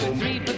three